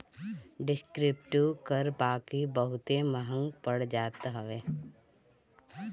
descriptive कर बाकी बहुते महंग पड़ जात हवे